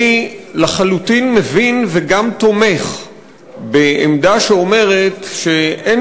אני לחלוטין מבין וגם תומך בעמדה שאומרת שאין